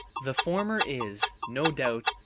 the former is, no doubt,